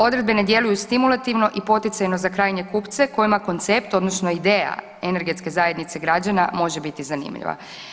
Odredbe ne djeluju stimulativno i poticajno za krajnje kupce kojima koncept odnosno ideja energetske zajednice građana može biti zanimljiva.